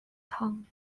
town